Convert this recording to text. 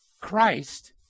Christ